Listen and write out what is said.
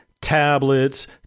tablets